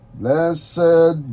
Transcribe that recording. blessed